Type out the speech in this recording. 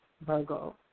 Virgo